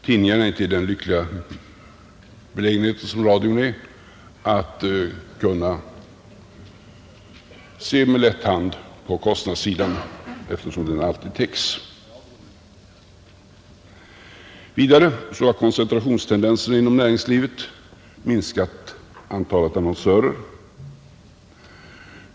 Tidningarna är inte i den lyckliga belägenheten som Sveriges Radio är att kunna ta lätt på kostnadssidan eftersom den alltid täcks. Vidare har koncentrationstendensen inom näringslivet minskat antalet annonsörer.